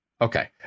Okay